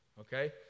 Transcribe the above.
okay